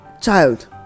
child